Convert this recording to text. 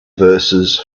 verses